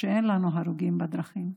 שאין לנו הרוגים בדרכים.